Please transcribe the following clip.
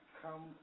come